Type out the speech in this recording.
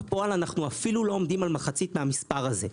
בפועל אנחנו אפילו לא עומדים על מחצית מהמספר הזה.